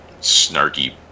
snarky